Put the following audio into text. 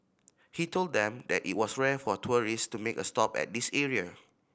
he told them that it was rare for tourist to make a stop at this area